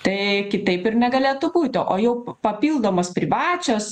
tai kitaip ir negalėtų būti o jau p papildomos privačios